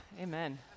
amen